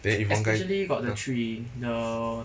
then if one guy